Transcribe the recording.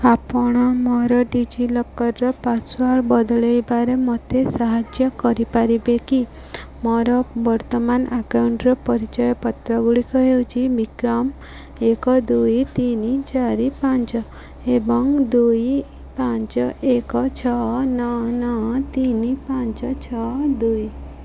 ଆପଣ ମୋର DigiLocker password ବଦଳାଇବାରେ ମୋତେ ସାହାଯ୍ୟ କରିପାରିବେ କି ମୋର ବର୍ତ୍ତମାନ ଆକାଉଣ୍ଟ୍ର ପରିଚୟପତ୍ର ଗୁଡ଼ିକ ହେଉଛି ବିକ୍ରମ ଏକ ଦୁଇ ତିନି ଚାରି ପାଞ୍ଚ ଏବଂ ଦୁଇ ପାଞ୍ଚ ଏକ ଛଅ ନଅ ନଅ ତିନି ପାଞ୍ଚ ଛଅ ଦୁଇ